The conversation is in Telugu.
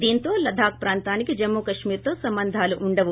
దీంతో లద్దాఖ్ ప్రాంతానికి జమ్ము కళ్గొర్తో సంబంధాలు ఉండవు